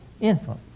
infant